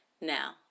Now